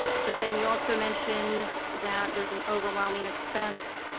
but then you also mentioned that there's an overwhelming expense.